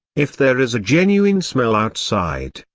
if there is a genuine smell outside,